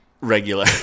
regular